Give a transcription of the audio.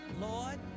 Lord